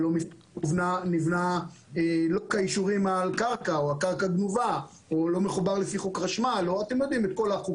לא שנבנה על קרקע גנובה או לא מחובר לפי חוק החשמל וכו',